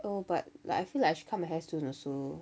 oh but like I feel like I should cut my hair soon also